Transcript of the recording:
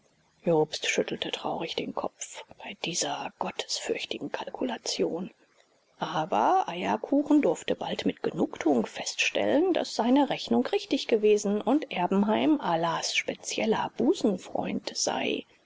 jobst schüttelte traurig den kopf bei dieser gottesfürchtigen kalkulation aber eierkuchen durfte bald mit genugtuung feststellen daß seine rechnung richtig gewesen und erbenheim allahs spezieller busenfreund sei